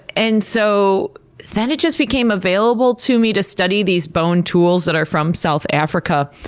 and so then it just became available to me to study these bone tools that are from south africa,